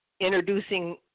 introducing